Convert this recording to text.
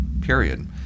period